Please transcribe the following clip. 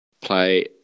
play